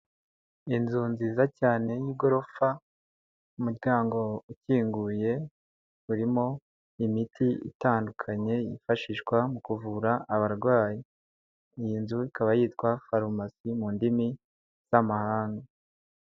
Inzu nziza cyane y'igorofa umuryango ukinguye, urimo imiti itandukanye yifashishwa mu kuvura abarwayi, iyi nzu ikaba yitwa farumasi mu ndimi z'amahanga.